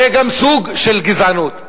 זה גם סוג של גזענות.